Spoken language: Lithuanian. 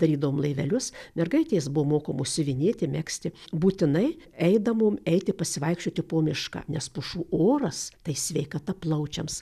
darydavom laivelius mergaitės buvo mokomos siuvinėti megzti būtinai eidavom eiti pasivaikščioti po mišką nes pušų oras tai sveikata plaučiams